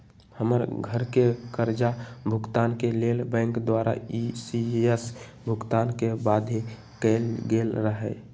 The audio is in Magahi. हमर घरके करजा भूगतान के लेल बैंक द्वारा इ.सी.एस भुगतान के बाध्य कएल गेल रहै